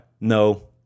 No